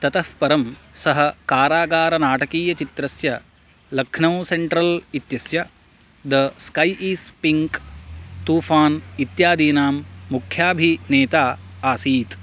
ततः परं सः कारागारनाटकीयचित्रस्य लख्नौ सेण्ट्रल् इत्यस्य the sky is pink Toofan इत्यादीनां मुख्याभिनेता आसीत्